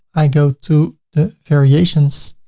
i go to the variations,